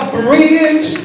bridge